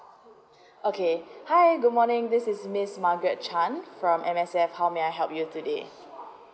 okay hi good morning this is miss margaret chan from M_S_F how may I help you today